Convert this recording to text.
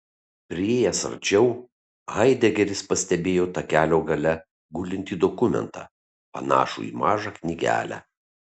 priėjęs arčiau haidegeris pastebėjo takelio gale gulintį dokumentą panašų į mažą knygelę